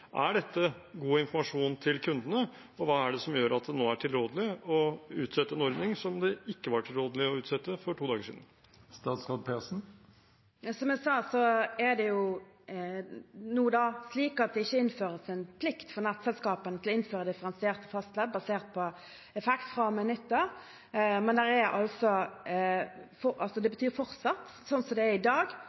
Er dette god informasjon til kundene? Og hva er det som gjør at det nå er tilrådelig å utsette en ordning som det ikke var tilrådelig å utsette for to dager siden? Som jeg sa, er det slik at det ikke innføres en plikt for nettselskapene til å innføre differensierte fastledd basert på effekt fra og med nyttår. Men det betyr fortsatt – sånn som det er i dag